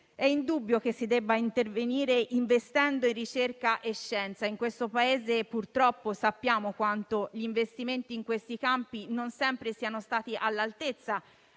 È indubbio che si debba intervenire investendo in ricerca e scienza. Sappiamo quanto, purtroppo, gli investimenti in questi campi non sempre siano stati all'altezza